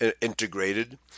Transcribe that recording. integrated